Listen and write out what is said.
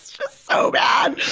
just so bad!